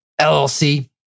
LLC